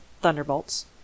Thunderbolts